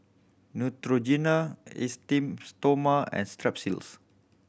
Neutrogena Esteem Stoma and Strepsils